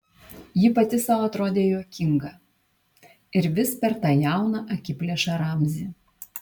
ji pati sau atrodė juokinga ir vis per tą jauną akiplėšą ramzį